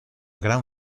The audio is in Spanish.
gran